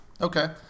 Okay